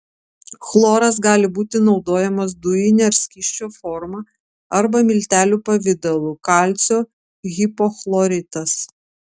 chloras gali būti naudojamas dujine ar skysčio forma arba miltelių pavidalu kalcio hipochloritas